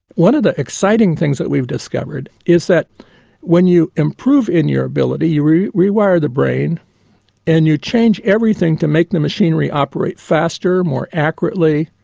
one of the exciting things that we've discovered is that when you improve in your ability you rewire the brain and you change everything to make the machinery operate faster, more accurately,